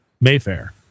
Mayfair